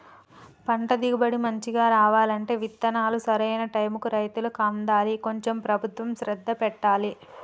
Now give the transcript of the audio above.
పంట దిగుబడి మంచిగా రావాలంటే విత్తనాలు సరైన టైముకు రైతులకు అందాలి కొంచెం ప్రభుత్వం శ్రద్ధ పెట్టాలె